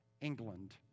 England